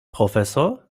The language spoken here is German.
professor